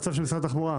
הצו של משרד התחבורה.